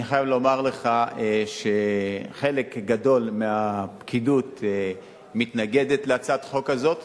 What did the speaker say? אני חייב לומר לך שחלק גדול מהפקידות מתנגדת להצעת החוק הזו,